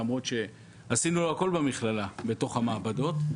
למרות שעשינו לו הכול במכללה בתוך המעבדות.